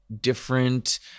different